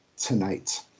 tonight